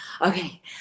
okay